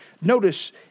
Notice